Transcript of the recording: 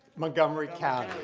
montgomery county.